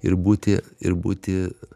ir būti ir būti